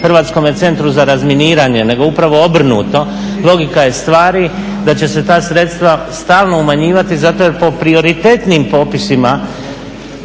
Hrvatskome centru za razminiranje, nego upravo obrnuto. Logika je stvari da će se ta sredstva stalno umanjivati zato jer po prioritetnijim popisima